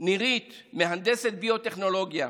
נירית, מהנדסת ביוטכנולוגיה,